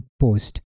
post